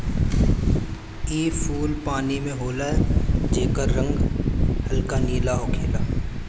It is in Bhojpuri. इ फूल पानी में होला जेकर रंग हल्का नीला होखेला